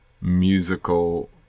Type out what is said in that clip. musical